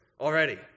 already